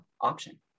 option